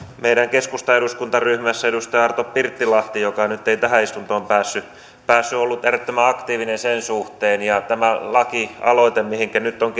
meidän keskustan eduskuntaryhmässä edustaja arto pirttilahti joka nyt ei tähän istuntoon päässyt on ollut äärettömän aktiivinen sen suhteen ja tämä lakialoite mihinkä nyt on